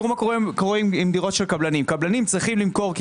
קבלנים שצריכים למכור,